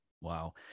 wow